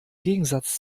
gegensatz